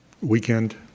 weekend